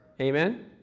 Amen